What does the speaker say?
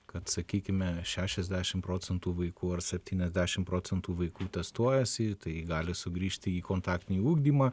kad sakykime šešiasdešimt procentų vaikų ar septyniasdešimt procentų vaikų testuojasi tai gali sugrįžti į kontaktinį ugdymą